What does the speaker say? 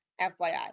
FYI